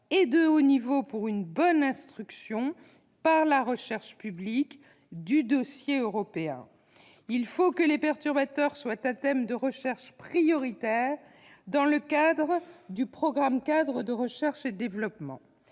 et de haut niveau pour une bonne instruction, par la recherche publique, du dossier européen. Il faut que les perturbateurs soient un thème de recherche prioritaire dans le cadre du programme-cadre pour la recherche et le développement.